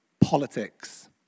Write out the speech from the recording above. politics